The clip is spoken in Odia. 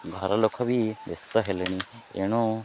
ଘରଲୋକ ବି ବ୍ୟସ୍ତ ହେଲେଣି ଏଣୁ